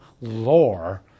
lore